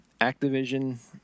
Activision